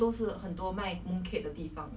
!wah! then next step 我明天可以